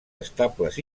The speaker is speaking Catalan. estables